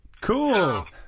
Cool